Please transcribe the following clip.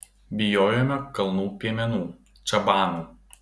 bijojome kalnų piemenų čabanų